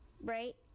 right